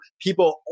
people